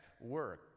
work